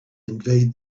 invade